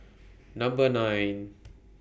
Number nine